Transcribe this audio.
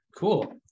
Cool